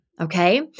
okay